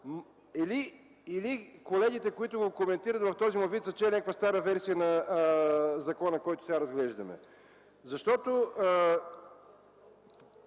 или колегите, които го коментират в този му вид, са чели някаква стара версия на закона, който сега разглеждаме, защото